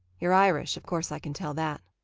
you're irish, of course i can tell that.